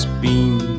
beam